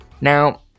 now